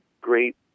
great